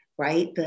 Right